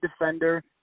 defender